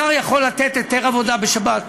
השר יכול לתת היתר עבודה בשבת.